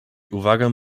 uwagę